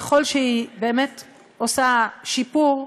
ככל שהיא עושה שיפור,